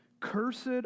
Cursed